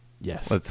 Yes